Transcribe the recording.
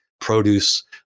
produce